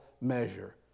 measure